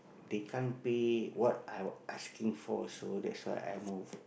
they can't pay what I asking for also that's why I move